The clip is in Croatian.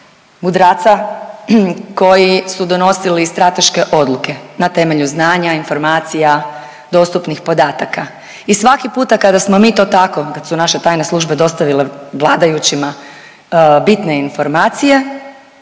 mudraca koji su donosili strateške odluke na temelju znanja, informacija, dostupnih podataka. I svaki puta kada smo mi to tako, kada su naše tajne službe dostavile vladajućima bitne informacije,